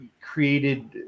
created